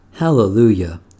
Hallelujah